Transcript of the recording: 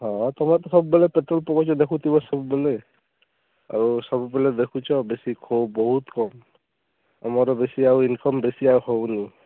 ହ ତୁମର ତ ସବୁ ବେଳେ ପେଟ୍ରୋଲ୍ ପକଉଛ ଦେଖୁ ଥିବ ସବୁବେଳେ ଆଉ ସବୁବେଳେ ଦେଖୁଛ ବେଶୀ କମ୍ ବହୁତ କମ୍ ଆମର ବେଶୀ ଆଉ ଇନ୍କମ୍ ବେଶୀ ଆଉ ହଉନି